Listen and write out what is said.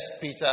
Peter